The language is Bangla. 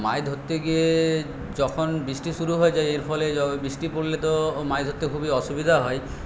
মাছ ধরতে গিয়ে যখন বৃষ্টি শুরু হয়ে যায় এর ফলে বৃষ্টি পড়লে তো মাছ ধরতে খুবই অসুবিধা হয়